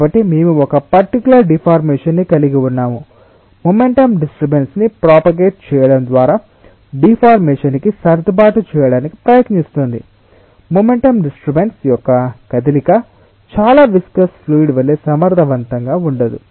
కాబట్టి మేము ఒక పర్టికులర్ డిఫార్మేషన్ ని కలిగి ఉన్నాము మొమెంటం డిస్టర్బెన్స్ ని ప్రాపగేట్ చేయడం ద్వారా డిఫార్మేషన్ కి సర్దుబాటు చేయడానికి ప్రయత్నిస్తుంది మొమెంటం డిస్టర్బెన్స్ యొక్క కదలిక చాలా విస్కస్ ఫ్లూయిడ్ వలె సమర్థవంతంగా ఉండదు